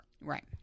Right